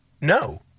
no